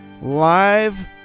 live